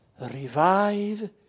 Revive